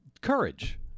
courage